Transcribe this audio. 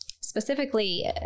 specifically